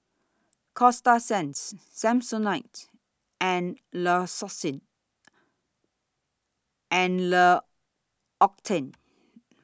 Coasta Sands Samsonite and L'Occitane